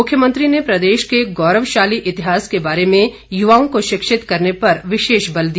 मुख्यमंत्री ने प्रदेश के गौरवशाली इतिहास के बारे में युवाओं को शिक्षित करने पर विशेष बल दिया